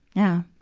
yeah.